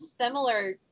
similar